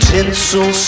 Tinsel